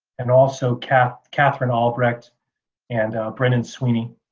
and also catherine catherine albrecht and brendan sweeney.